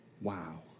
wow